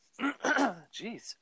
jeez